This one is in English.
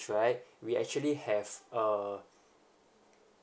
right we actually have a